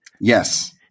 Yes